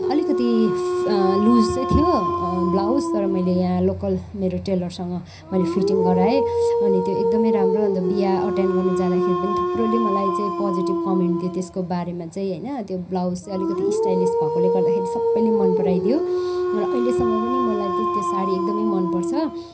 अलिकति फ् लुज चाहिँ थियो ब्लाउज तर मैले यहाँ लोकल मेरो टेलरसँग मैले फिटिङ गराएँ अनि त्यो एकदमै राम्रो अन्त बिहे एटेन गर्नु जाँदाखेरि पनि थुप्रोले मलाई चाहिँ पोजेटिभ कमेन्ट दियो त्यसको बारेमा चाहिँ होइन त्यो ब्लाउज चाहिँ अलिकति स्टाइलिस भएकोले गर्दाखेरि सबैले मन पराइदियो र अहिलेसम्म पनि मलाई चाहिँ त्यो सारी एकदमै मन पर्छ